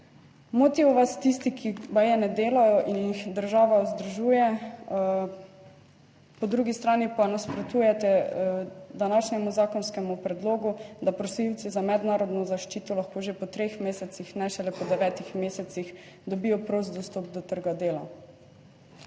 Motijo vas tisti, ki baje ne delajo in jih država vzdržuje, po drugi strani pa nasprotujete današnjemu zakonskemu predlogu, da prosilci za mednarodno zaščito lahko že po treh mesecih, ne šele po devetih mesecih, dobijo prost dostop do trga dela.